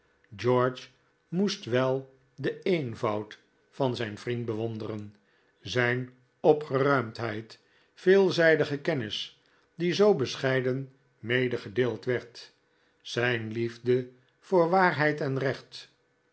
george moest wel den eenvoud van zijn vriend bewonderen zijn opgeruimdheid veelzijdige kennis die zoo bescheiden medegedeeld werd zijn liefde voor waarheid en recht